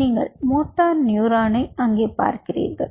நீங்கள் மோட்டார் நியூரானை அங்கே பார்க்கிறீர்கள்